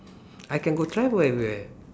I can go travel everywhere